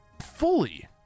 fully